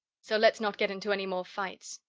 so let's not get into any more fights.